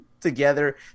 together